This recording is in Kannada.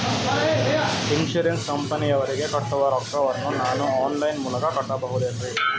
ಇನ್ಸೂರೆನ್ಸ್ ಕಂಪನಿಯವರಿಗೆ ಕಟ್ಟುವ ರೊಕ್ಕ ವನ್ನು ನಾನು ಆನ್ ಲೈನ್ ಮೂಲಕ ಕಟ್ಟಬಹುದೇನ್ರಿ?